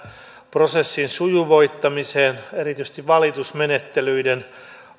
prosessin sujuvoittamiseen erityisesti valitusmenettelyiden